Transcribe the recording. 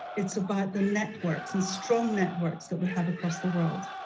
it's about the networks and strong networks that we have across the world.